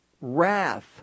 wrath